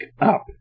up